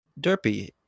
derpy